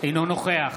אינו נוכח